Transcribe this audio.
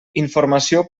informació